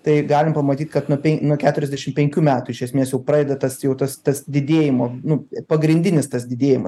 tai galim pamatyt kad nuo pen nuo keturiasdešim penkių metų iš esmės jau pradeda tas jau tas tas didėjimo nu pagrindinis tas didėjimas